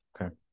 okay